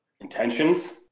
intentions